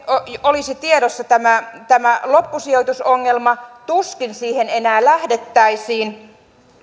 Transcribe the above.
olisi tiedossa tämä tämä loppusijoitusongelma tuskin siihen enää lähdettäisiin